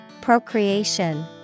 Procreation